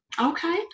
Okay